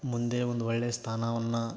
ಮುಂದೆ ಒಂದು ಒಳ್ಳೆಯ ಸ್ಥಾನವನ್ನು